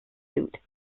suit